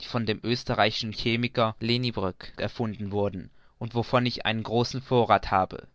die von dem österreichischen chemiker leniebrock erfunden wurden und wovon ich einen großen vorrath habe